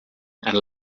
and